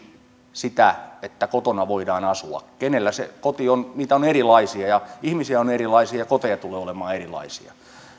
sitä että kotona voidaan asua kenellä se koti on niitä on erilaisia ihmisiä on erilaisia ja koteja tulee olemaan erilaisia